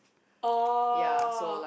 oh